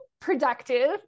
productive